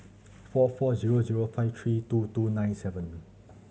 four four zero zero five three two two nine seven